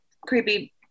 creepy